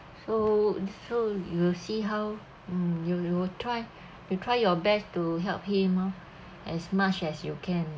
so so you will see how mm you you try you try your best to help him oh as much as you can